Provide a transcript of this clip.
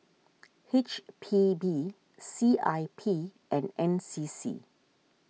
H P B C I P and N C C